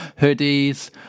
hoodies